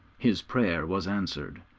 his prayer was answered,